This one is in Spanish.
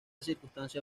circunstancia